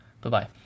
Bye-bye